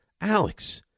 Alex